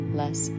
less